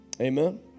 Amen